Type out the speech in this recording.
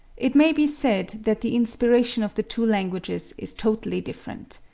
it may be said that the inspiration of the two languages is totally different.